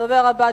הדובר הבא,